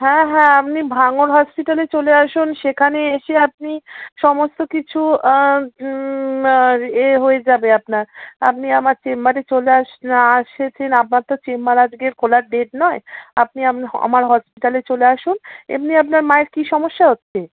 হ্যাঁ হ্যাঁ আপনি ভাঙ্গর হসপিটালে চলে আসুন সেখানে এসে আপনি সমস্ত কিছু আর এ হয়ে যাবে আপনার আপনি আমার চেম্বারে চলে আসেছেন আমার তো চেম্বার আজকে খোলার ডেট নয় আপনি আমার হসপিটালে চলে আসুন এমনি আপনার মায়ের কী সমস্যা হচ্ছে